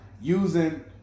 using